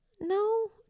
no